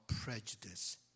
prejudice